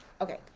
Okay